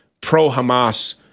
pro-Hamas